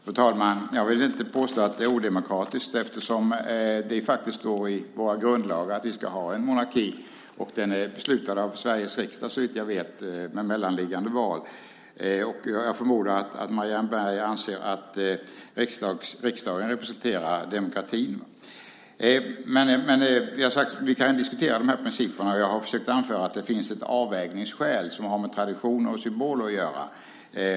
Fru talman! Jag vill inte påstå att det är odemokratiskt eftersom det faktiskt står i våra grundlagar att vi ska ha en monarki. Det är beslutat av Sveriges riksdag, såvitt jag vet, med mellanliggande val. Jag förmodar att Marianne Berg anser att riksdagen representerar demokratin. Vi kan diskutera de här principerna. Jag har försökt anföra att det finns ett avvägningsskäl som har med traditioner och symboler att göra.